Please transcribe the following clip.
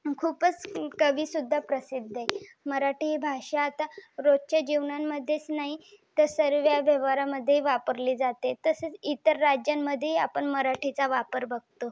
खूपच कवी सुद्धा प्रसिद्ध आहेत मराठी भाषा आता रोजच्या जीवनामध्येच नाही तर सर्व व्यवहारामध्ये वापरली जाते तसेच इतर राज्यांमध्येही आपण मराठीचा वापर बघतो